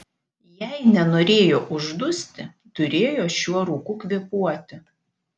jei nenorėjo uždusti turėjo šiuo rūku kvėpuoti